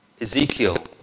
Ezekiel